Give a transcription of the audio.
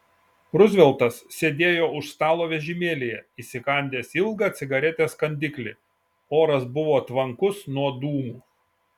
ruzveltas sėdėjo už stalo vežimėlyje įsikandęs ilgą cigaretės kandiklį oras buvo tvankus nuo dūmų